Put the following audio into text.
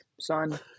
son